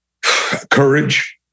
Courage